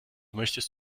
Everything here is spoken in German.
möchtest